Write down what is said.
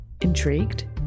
Intrigued